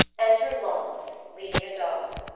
enter launce, leading a dog